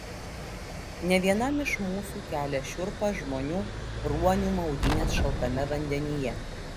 ne vienam iš mūsų kelia šiurpą žmonių ruonių maudynės šaltame vandenyje